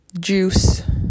juice